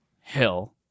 hill